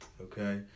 okay